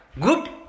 Good